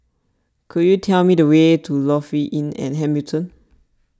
could you tell me the way to Lofi Inn at Hamilton